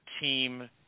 team